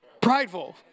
prideful